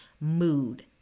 Mood